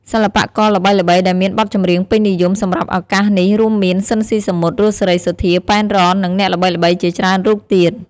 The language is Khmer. សិល្បករល្បីៗដែលមានបទចម្រៀងពេញនិយមសម្រាប់ឱកាសនេះរួមមាន ស៊ីន ស៊ីសាមុត រស់ សេរីសុទ្ធា ប៉ែន រ៉ន និងអ្នកល្បីៗជាច្រើនរូបទៀត។